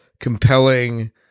compelling